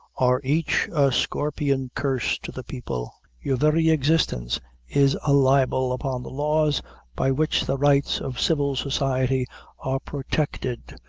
are each a scorpion curse to the people. your very existence is a libel upon the laws by which the rights of civil society are protected.